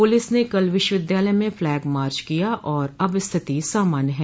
police ने कल विश्वविद्यालय में फ्लैग मार्च किया और अब स्थिति सामान्य है